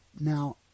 Now